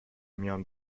میان